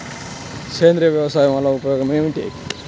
సేంద్రీయ వ్యవసాయం వల్ల ఉపయోగం ఏమిటి?